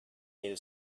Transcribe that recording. mil